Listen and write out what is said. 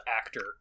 actor